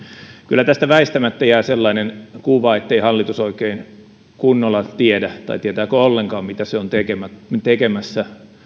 kyllä tästä väistämättä jää sellainen kuva ettei hallitus oikein kunnolla tiedä tai tietääkö ollenkaan mitä se on tekemässä tekemässä